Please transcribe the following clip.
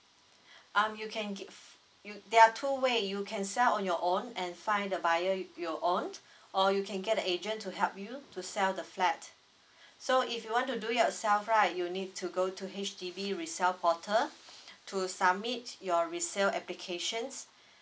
um you can give you there are two ways you can sell on your own and find the buyer your own or you can get the agent to help you to sell the flat so if you want to do it yourself right you need to go to H_D_B resale portal to submit your resale applications